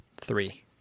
three